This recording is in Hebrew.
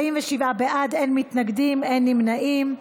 47 בעד, אין מתנגדים, אין נמנעים.